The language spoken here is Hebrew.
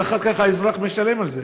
אבל אחר כך האזרח משלם על זה.